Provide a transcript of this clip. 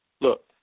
Look